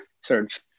search